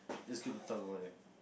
that's good to talk about that